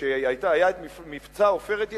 כשהיה מבצע "עופרת יצוקה"